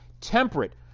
temperate